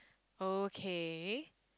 okay